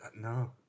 No